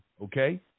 okay